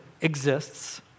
exists